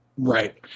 Right